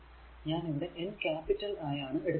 ഞാൻ ഇവിടെ N capital ആയാണ് എടുത്തിരിക്കുന്നത്